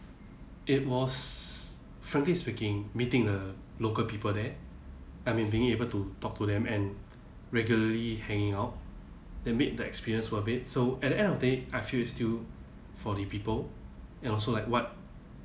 it was frankly speaking meeting there local people there I mean being able to talk to them and regularly hanging out that made the experience worth it so at the end of it I feel it's still for the people and also like what